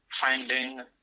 finding